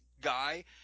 guy